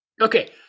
Okay